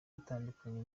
itandukanye